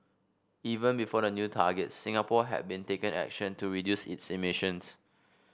even before the new targets Singapore had been taking action to reduce its emissions